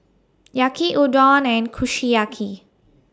Yaki Udon and Kushiyaki